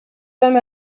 them